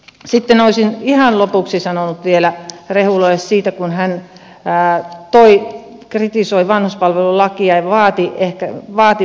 sitten olisin ihan lopuksi sanonut vielä rehulalle siitä kun hän kritisoi vanhuspalvelulakia ja vaati palvelusopimusta